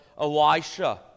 Elisha